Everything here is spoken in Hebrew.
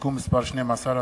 (תיקון מס' 12),